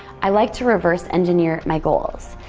i like to reverse engineer my goals.